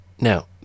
Now